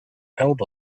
held